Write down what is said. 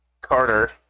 Carter